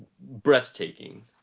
breathtaking